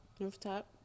rooftop